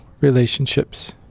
relationships